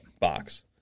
box